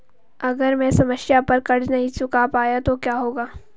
अगर मैं समय पर कर्ज़ नहीं चुका पाया तो क्या होगा?